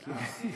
גפני,